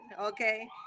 okay